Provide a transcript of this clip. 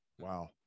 Wow